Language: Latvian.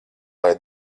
lai